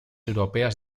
europeas